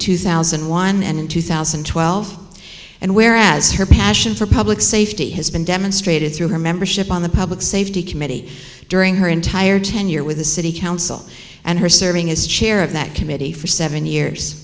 two thousand and one and in two thousand and twelve and where as her passion for public safety has been demonstrated through her membership on the public safety committee during her entire tenure with the city council and her serving is chair of that committee for seven years